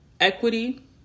equity